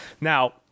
Now